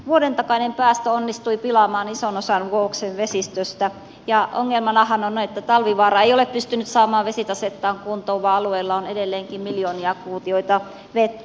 vuoden takainen päästö onnistui pilaamaan ison osan vuoksen vesistöstä ja ongelmanahan on että talvivaara ei ole pystynyt saamaan vesitasettaan kuntoon vaan alueella on edelleenkin miljoonia kuutioita vettä